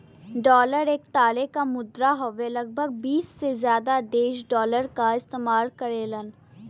dollar एक तरे क मुद्रा हउवे लगभग बीस से जादा देश डॉलर क इस्तेमाल करेलन